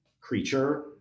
creature